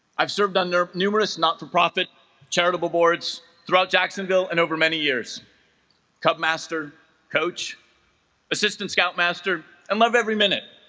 i've served under numerous not-for-profit charitable boards throughout jacksonville and over many years cup master coach assistant scoutmaster and loved every minute